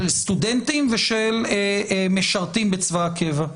של סטודנטים ושל משרתים בצבא הקבע.